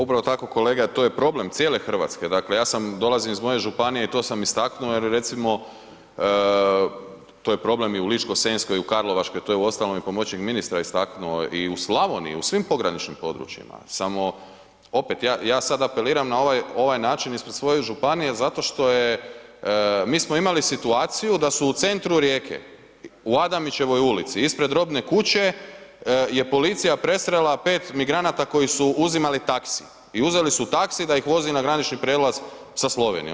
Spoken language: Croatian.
Upravo tako kolega, to je problem cijele Hrvatske, dakle dolazim iz moje županije i to sam istaknuo jer recimo, to je problem i u Ličko-senjskoj, u Karlovačkoj, to je uostalom i pomoćnik ministra istaknuo i u Slavoniji, u svim pograničnim područjima samo opet, ja sad apeliram na ovaj način ispred svoje županije zato što je, mi smo imali situaciju da su u centru Rijeke, u Adamićevoj ulici ispred robne kuće je policija presrela 5 migranata koji su uzimali taksi i uzeli su taksi da ih vozi na granični prijelaz sa Slovenijom.